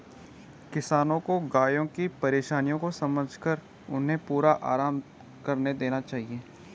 किसानों को गायों की परेशानियों को समझकर उन्हें पूरा आराम करने देना चाहिए